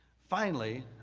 finally,